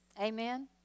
Amen